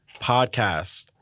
Podcast